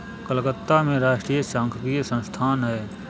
कलकत्ता में राष्ट्रीय सांख्यिकी संस्थान है